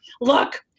look